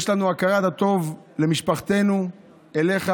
יש לנו הכרת הטוב של משפחתנו אליך.